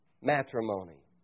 Matrimony